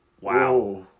Wow